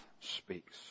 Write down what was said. speaks